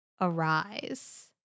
arise